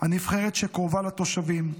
הנבחרת שקרובה לתושבים,